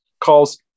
calls